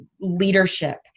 leadership